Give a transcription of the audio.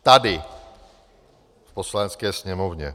Tady, v Poslanecké sněmovně.